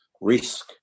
risk